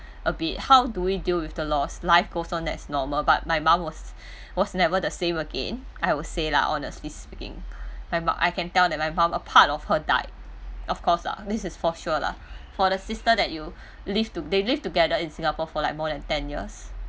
a bit how do we deal with the lost lives goes on as normal but my mom was was never the same again I will say lah honestly speaking my mom I can tell that my mom a part of her died of cause lah this is for sure lah for the sister that you live they live together in singapore for like more than ten years